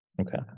Okay